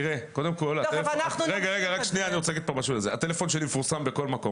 קודם כל הטלפון שלי מפורסם בכל מקום,